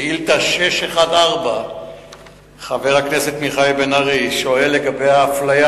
שאילתא 614. חבר הכנסת מיכאל בן-ארי שואל לגבי האפליה,